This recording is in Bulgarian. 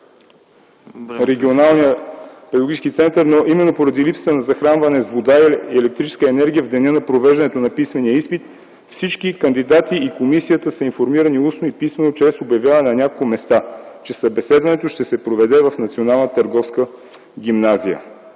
регионалният педагогически център, но именно поради липса на захранване с вода и електрическа енергия в деня на провеждането на писмения изпит всички кандидати и комисията са информирани устно и писмено чрез обявяване на няколко места, че събеседването ще се проведе в